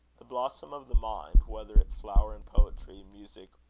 the blossom of the mind, whether it flower in poetry, music,